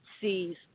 sees